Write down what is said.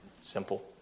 simple